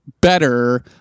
better